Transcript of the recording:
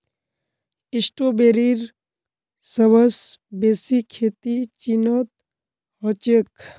स्ट्रॉबेरीर सबस बेसी खेती चीनत ह छेक